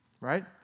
right